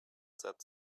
said